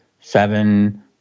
seven